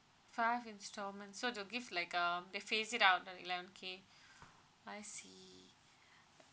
five installments so they'll give like um they phase it out the eleven K I see